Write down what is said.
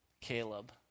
caleb